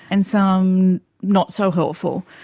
and some not so helpful.